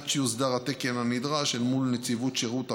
עד שיוסדר התקן הנדרש אל מול נציבות שירות המדינה,